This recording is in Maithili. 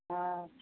हँ